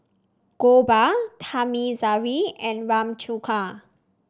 Gopal Thamizhavel and Ramchundra